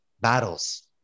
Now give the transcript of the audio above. battles